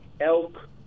elk